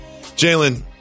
Jalen